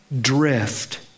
drift